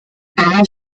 parents